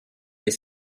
les